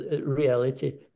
Reality